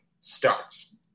starts